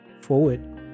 forward